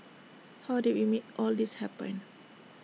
how did we make all this happen